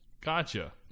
Gotcha